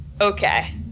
okay